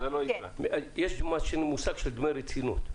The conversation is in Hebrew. יש מושג של דמי רצינות.